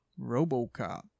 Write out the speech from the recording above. Robocop